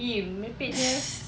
!ee! merepek jer